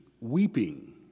weeping